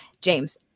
James